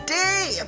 day